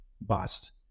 bust